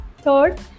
third